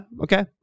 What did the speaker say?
Okay